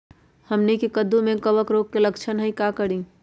हमनी के कददु में कवक रोग के लक्षण हई का करी?